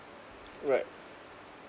right